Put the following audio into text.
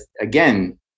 again